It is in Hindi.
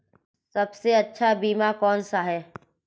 सबसे अच्छा बीमा कौनसा है?